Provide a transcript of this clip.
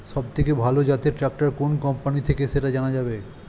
সবথেকে ভালো জাতের ট্রাক্টর কোন কোম্পানি থেকে সেটা জানা যাবে?